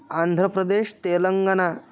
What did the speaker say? Andhra Pradesh Telangana